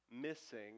missing